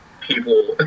people